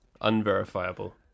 Unverifiable